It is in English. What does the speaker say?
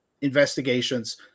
investigations